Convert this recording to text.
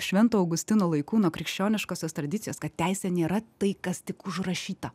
švento augustino laikų nuo krikščioniškosios tradicijos kad teisė nėra tai kas tik užrašyta